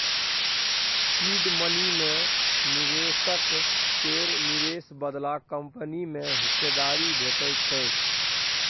seed money मे निबेशक केर निबेश बदला कंपनी मे हिस्सेदारी भेटै छै